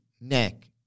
Neck